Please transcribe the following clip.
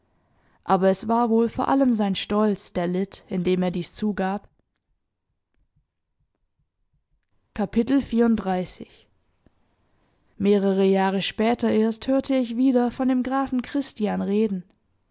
aber es war wohl vor allem sein stolz der litt indem er dies zugab mehrere jahre später erst hörte ich wieder von dem grafen christian reden